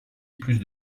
plus